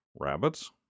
Rabbits